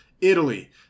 Italy